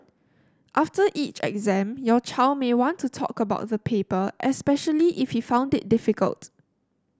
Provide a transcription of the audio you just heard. after each exam your child may want to talk about the paper especially if he found it difficult